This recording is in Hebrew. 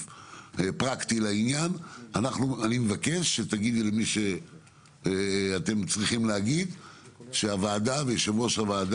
אני מבקש שתגידי למי שאתם צריכים להגיד שהוועדה תקיים ישיבות מעקב.